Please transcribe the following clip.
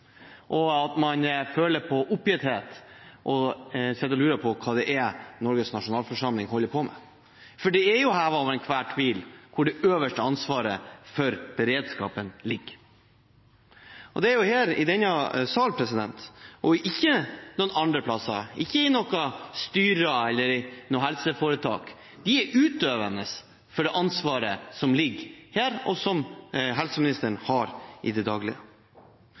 at man føler på oppgitthet og sitter og lurer på hva Norges nasjonalforsamling holder på med. For det er jo hevet over enhver tvil hvor det øverste ansvaret for beredskapen ligger. Det er her i denne sal og ikke noen andre steder, ikke i styrer eller helseforetak. De er utøvende for det ansvaret som ligger her, og som helseministeren har i det daglige.